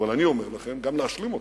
אבל אני אומר לכם: גם להשלים אותו,